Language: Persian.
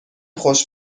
خوش